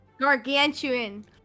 gargantuan